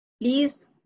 please